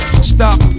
Stop